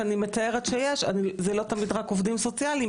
כל מקום כזה שאני מתארת שיש זה לא תמיד רק עובדים סוציאליים,